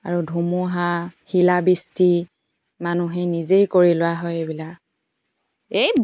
আৰু ধুমুহা শিলাবৃষ্টি মানুহে নিজেই কৰি লোৱা হয় এইবিলাক এই